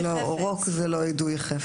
לא, רוק זה לא יידוי חפץ.